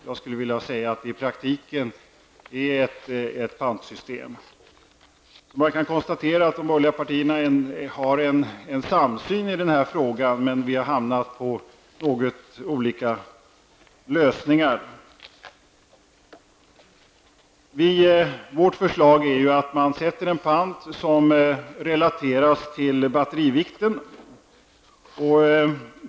Jag skulle vilja säga att det i praktiken är ett pantsystem. Man kan konstatera att de borgerliga partierna har en samsyn i denna fråga, men vi har kommit fram till något olika lösningar. Moderata samlingspartiets förslag är att man sätter en pant som relateras till batterivikten.